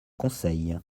conseil